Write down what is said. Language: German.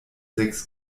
sechs